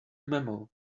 memo